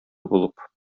булып